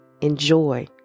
Enjoy